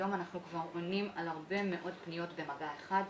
היום אנחנו כבר עונים על הרבה מאוד פניות במגע אחד.